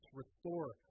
restore